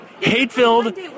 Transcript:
hate-filled